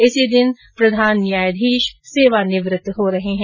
इसी दिन प्रधान न्यायाधीश सेवानिवृत्त हो रहे हैं